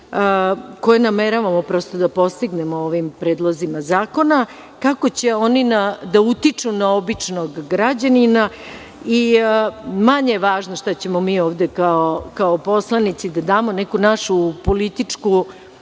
koje nameravamo da postignemo ovim predlozima zakona, kako će oni da utiču na običnog građanina i manje važno, što ćemo mi ovde kao poslanici da damo neku našu političku